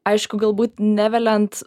aišku galbūt neveliant